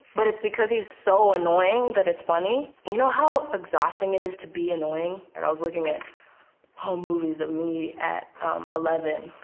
but it's because he's so annoying that it's funny. you know how exhausting it is to be annoying? and i was looking at home movies of me at eleven.